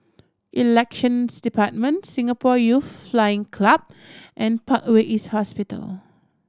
Elections Department Singapore Youth Flying Club and Parkway East Hospital